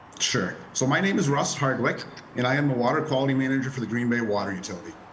sure. so my name is russ hardwick and i am the water quality manager for the green bay water utility.